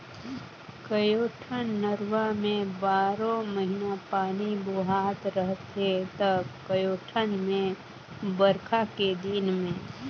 कयोठन नरूवा में बारो महिना पानी बोहात रहथे त कयोठन मे बइरखा के दिन में